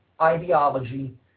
ideology